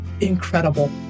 incredible